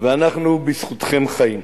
ואנחנו בזכותכם חיים.